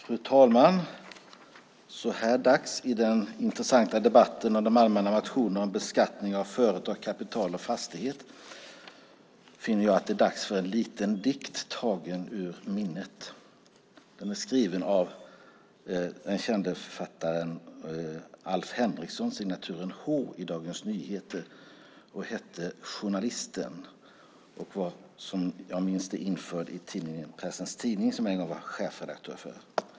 Fru talman! Så här dags i den intressanta debatten om allmänna motioner om beskattning av företag, kapital och fastigheter finner jag att det är dags för en liten dikt, tagen ur minnet. Den är skriven av den kände författaren Alf Henrikson, signaturen H i Dagens Nyheter. Den heter - tror jag - Journalisten , och var, som jag minns det, införd i tidningen Pressens Tidning, som jag en gång var chefredaktör för.